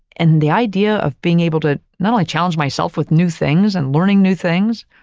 and the idea of being able to not only challenge myself with new things and learning new things,